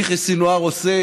יחיא סנוואר עושה